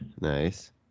nice